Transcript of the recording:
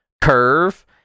curve